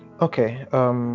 Okay